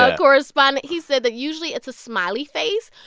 ah correspondent. he said that usually, it's a smiley face.